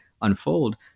unfold